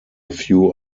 few